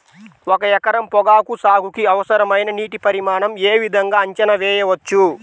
ఒక ఎకరం పొగాకు సాగుకి అవసరమైన నీటి పరిమాణం యే విధంగా అంచనా వేయవచ్చు?